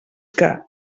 que